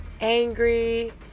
angry